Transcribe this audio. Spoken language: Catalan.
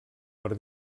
per